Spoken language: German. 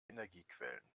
energiequellen